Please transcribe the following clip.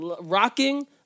rocking